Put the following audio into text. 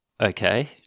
Okay